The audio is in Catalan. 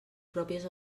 pròpies